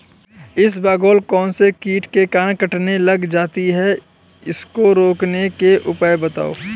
इसबगोल कौनसे कीट के कारण कटने लग जाती है उसको रोकने के उपाय बताओ?